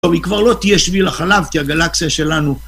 טוב, היא כבר לא תהיה שביל החלב כי הגלקסיה שלנו...